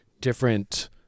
different